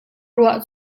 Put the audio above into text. ruah